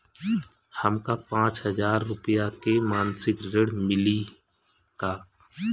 हमका पांच हज़ार रूपया के मासिक ऋण मिली का?